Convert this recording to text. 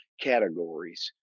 categories